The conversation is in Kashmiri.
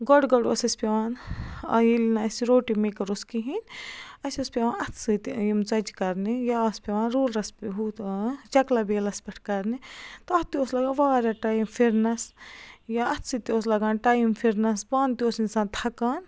گۄڈٕ گۄڈٕ اوس اَسہِ پیٚوان آ ییٚلہِ نہٕ اَسہِ روٹی میکَر اوس کِہیٖنۍ اَسہِ اوس پیٚوان اَتھٕ سۭتۍ یِم ژۄچہٕ کَرنہِ یا آسہٕ پیٚوان روٗلرَس پٮ۪ٹھ ہُتھ چَکلا بیلَس پٮ۪ٹھ کَرنہِ تَتھ تہِ اوس لَگان واریاہ ٹایِم پھِرنَس یا اَتھٕ سۭتۍ تہِ اوس لَگان ٹایِم پھِرنَس پانہٕ تہِ اوس اِنسان تھکان